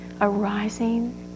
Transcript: arising